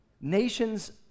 nations